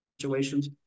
situations